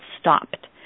stopped